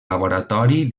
laboratori